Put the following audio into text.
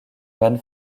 van